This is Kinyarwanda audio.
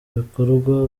bikorwa